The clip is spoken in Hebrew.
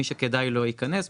מי שכדאי לו ייכנס,